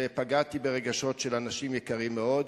ופגעתי ברגשות של אנשים יקרים מאוד,